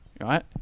right